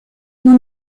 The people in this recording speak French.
nous